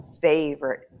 favorite